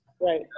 Right